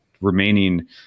remaining